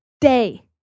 day